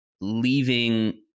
leaving